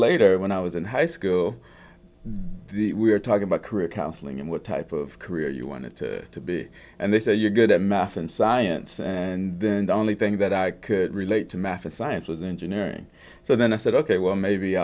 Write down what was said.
later when i was in high school we were talking about career counseling and what type of career you wanted to be and they said you're good at math and science and then the only thing that i could relate to math or science was engineering so then i said ok well maybe